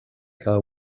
que